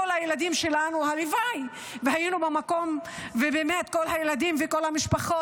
הלוואי שהיינו במקום ובאמת כל הילדים וכל המשפחות